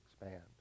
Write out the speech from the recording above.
expand